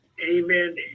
amen